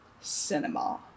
Cinema